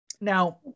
Now